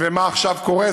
ומה עכשיו קורה?